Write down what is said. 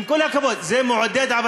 הנשיא, עם כל הכבוד, זה מעודד עבריינות.